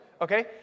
okay